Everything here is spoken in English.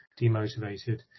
demotivated